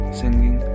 singing